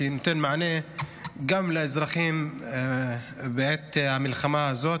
שנותן מענה גם לאזרחים בעת המלחמה הזאת.